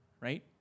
right